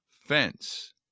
fence